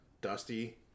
Dusty